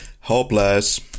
hopeless